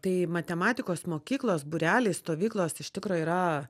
tai matematikos mokyklos būreliai stovyklos iš tikro yra